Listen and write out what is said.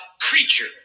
creature